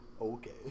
Okay